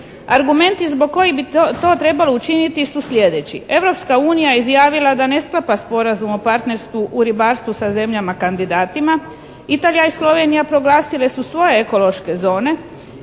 Argumenti zbog kojih bi to trebalo učiniti su sljedeći: Europska unija je izjavila da ne sklapa sporazum o partnerstvu u ribarstvu sa zemljama kandidatima. Italija i Slovenija proglasile su svoje ekološke zone